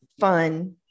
fun